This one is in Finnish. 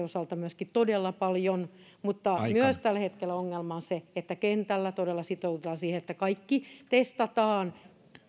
osalta myöskin todella paljon mutta tällä hetkellä ongelma on myös se että kentällä todella sitoudutaan siihen että kaikki testataan